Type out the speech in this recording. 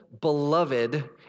beloved